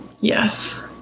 Yes